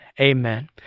amen